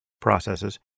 processes